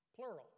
plural